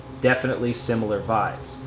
definitely similar vibes.